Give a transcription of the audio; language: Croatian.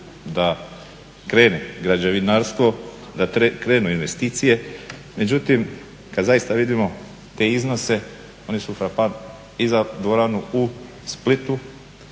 da krene građevinarstvo, da krenu investicije. Međutim kad zaista vidimo te iznose, oni su frapan i za dvoranu u Splitu